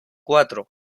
cuatro